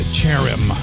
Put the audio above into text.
Cherim